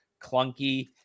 clunky